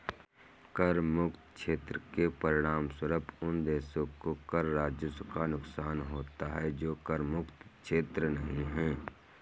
कर मुक्त क्षेत्र के परिणामस्वरूप उन देशों को कर राजस्व का नुकसान होता है जो कर मुक्त क्षेत्र नहीं हैं